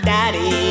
Daddy